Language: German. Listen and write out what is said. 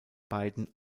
beiden